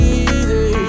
easy